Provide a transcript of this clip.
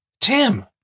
Tim